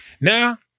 Now